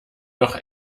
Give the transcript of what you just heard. noch